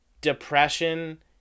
Depression